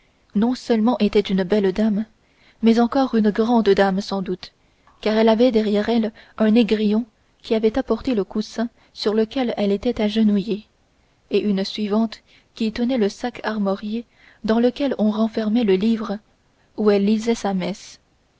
non seulement était une belle dame mais encore une grande dame sans doute car elle avait derrière elle un négrillon qui avait apporté le coussin sur lequel elle était agenouillée et une suivante qui tenait le sac armorié dans lequel on renfermait le livre où elle lisait sa messe